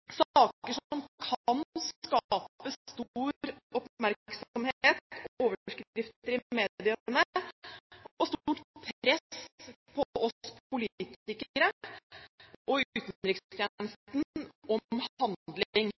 som kan skape stor oppmerksomhet og overskrifter i mediene, og legge stort press på oss politikere og utenrikstjenesten om handling.